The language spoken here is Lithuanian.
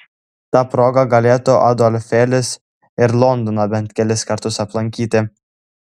ta proga galėtų adolfėlis ir londoną bent kelis kartus aplankyti